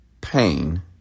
pain